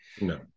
No